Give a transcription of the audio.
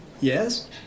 Yes